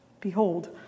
Behold